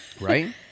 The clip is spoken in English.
Right